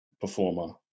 performer